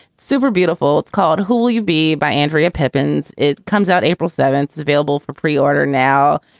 super beautiful. it's called who will you be? by andrea pippin's. it comes out april seventh is available for pre-order now,